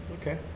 okay